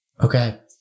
Okay